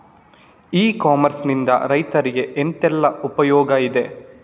E commerce ನಿಂದ ರೈತರಿಗೆ ಎಂತೆಲ್ಲ ಉಪಯೋಗ ಇದೆ?